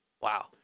Wow